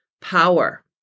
power